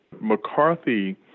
McCarthy